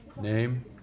Name